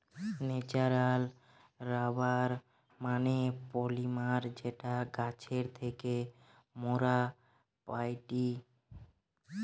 natural rubber মানে polymer যেটা গাছের থেকে মোরা পাইটি